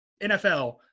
NFL